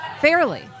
fairly